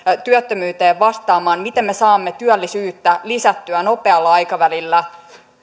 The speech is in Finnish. työttömyyteen vastaamaan miten me saamme työllisyyttä lisättyä nopealla aikavälillä